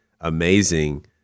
amazing